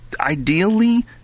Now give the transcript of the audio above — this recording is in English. Ideally